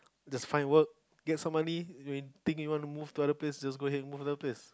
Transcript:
just find work get some money if you think you want move other place just go ahead move other place